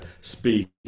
speak